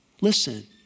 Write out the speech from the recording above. Listen